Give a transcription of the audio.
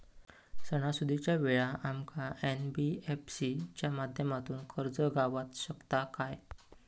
सणासुदीच्या वेळा आमका एन.बी.एफ.सी च्या माध्यमातून कर्ज गावात शकता काय?